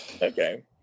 Okay